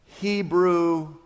Hebrew